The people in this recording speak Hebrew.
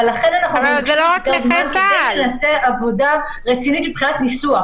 אבל לכן אנחנו מבקשים יותר זמן כדי שנעשה עבודה רצינית מבחינת ניסוח.